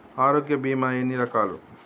ఆరోగ్య బీమా ఎన్ని రకాలు?